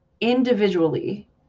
individually